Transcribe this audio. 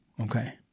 okay